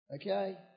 Okay